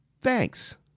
thanks